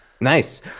Nice